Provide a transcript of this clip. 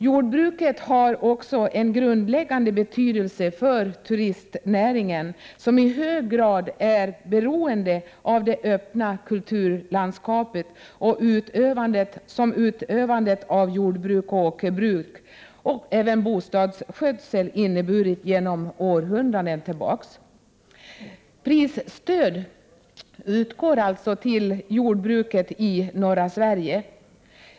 Jordbruket har också grundläggande betydelse för turistnäringen som i hög grad i är beroende av det öppna kulturlandskap som utövandet av jordbruk, åkerbruk och boskapsskötsel inneburit genom århundraden. Prisstöd utgår alltså till jordbruket i norra Sverige.